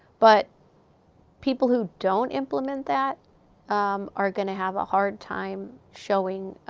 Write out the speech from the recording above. but people who don't implement that are going to have a hard time showing,